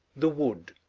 the wood.